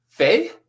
Faye